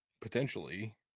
potentially